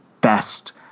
best